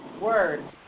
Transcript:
word